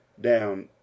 down